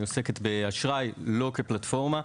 שעוסקת באשראי לא כפלטפורמה.